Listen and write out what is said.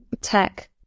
tech